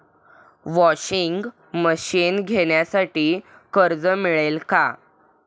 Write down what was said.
Washing machine घेण्यासाठी कर्ज मिळेल का?